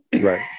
right